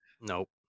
nope